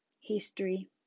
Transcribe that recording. history